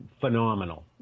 phenomenal